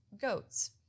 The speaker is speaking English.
goats